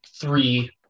three